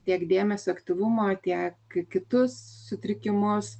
tiek dėmesio aktyvumo tiek kitus sutrikimus